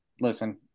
Listen